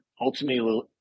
ultimately